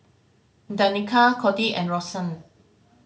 Danika Codi and Rosann